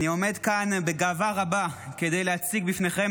אני עומד כאן בגאווה רבה כדי להציג בפניכם